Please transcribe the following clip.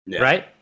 right